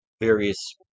various